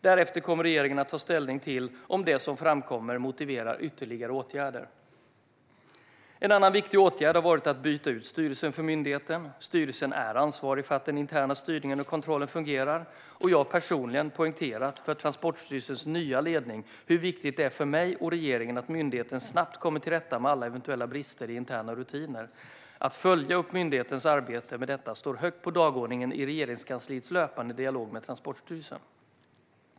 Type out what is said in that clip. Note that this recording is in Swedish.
Därefter kommer regeringen att ta ställning till om det som framkommer motiverar ytterligare åtgärder. En annan viktig åtgärd har varit att byta ut styrelsen för myndigheten. Styrelsen är ansvarig för att den interna styrningen och kontrollen fungerar. Jag har personligen poängterat för Transportstyrelsens nya ledning hur viktigt det är för mig och regeringen att myndigheten snabbt kommer till rätta med alla eventuella brister i interna rutiner. Att följa upp myndighetens arbete med detta står högt på dagordningen i Regeringskansliets löpande dialog med Transportstyrelsen.